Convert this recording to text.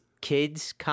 kids